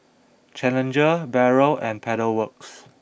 Challenger Barrel and Pedal Works